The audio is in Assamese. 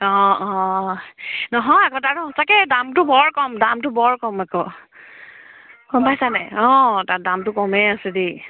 অঁ অঁ নহয় আকৌ তাৰ আকৌ সঁচাকে দামটো বৰ কম দামটো বৰ কম আকৌ গম পাইছা নাই অঁ তাত দামটো কমেই আছে দেই